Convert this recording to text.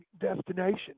destination